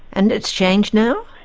and that's changed now?